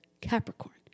Capricorn